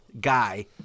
guy